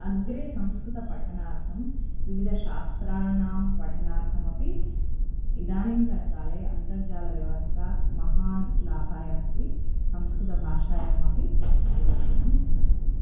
अग्रे संस्कृतपठनार्थं विविधशास्त्राणां पठनार्थमपि इदानींतनकाले अन्तर्जालव्यवस्था महान् लाभाय अस्ति संस्कृतभाषायामपी परिवर्तनम् अस्ति